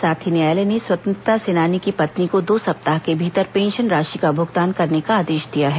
साथ ही न्यायालय ने स्वतंत्रता सेनानी की पत्नी को दो सप्ताह के भीतर पेंशन राशि का भुगतान करने का आदेश दिया है